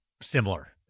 similar